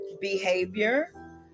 behavior